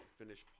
finish